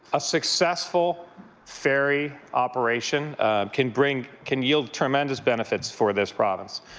a successful ferry operation can bring can yield tremendous benefits for this province.